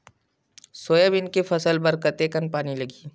Soybean के फसल बर कतेक कन पानी लगही?